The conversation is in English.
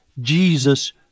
Jesus